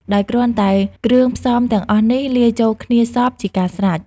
ដោយគ្រាន់តែគ្រឿងផ្សំទាំងអស់នេះ លាយចូលគ្នាសព្វ ជាការស្រេច។